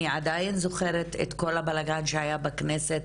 אני עדיין זוכרת את כל הבלגן שהיה בכנסת